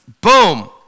boom